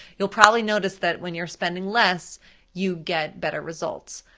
you'll probably notice that when you're spending less you get better results.